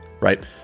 right